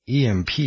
EMP